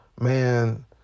man